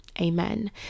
Amen